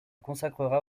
consacrera